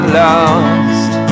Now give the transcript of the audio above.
lost